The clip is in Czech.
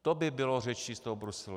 To by bylo řečí z toho Bruselu.